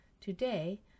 Today